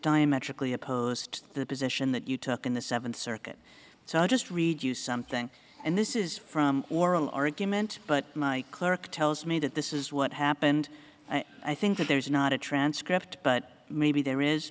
diametrically opposed to the position that you took in the seventh circuit so i'll just read you something and this is from oral argument but my clerk tells me that this is what happened i think that there's not a transcript but maybe there is